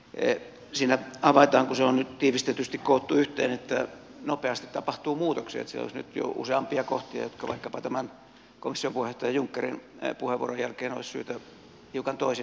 siinä havaitaan kun se on nyt tiivistetysti koottu yhteen että nopeasti tapahtuu muutoksia että siellä olisi nyt jo useampia kohtia jotka vaikkapa tämän komission puheenjohtaja junckerin puheenvuoron jälkeen olisi syytä hiukan toisin formuloida